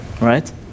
Right